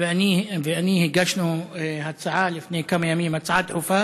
ואני הגשנו הצעה לפני כמה ימים, הצעה דחופה